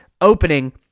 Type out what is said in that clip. opening